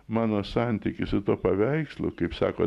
mano santykį su tuo paveikslu kaip sako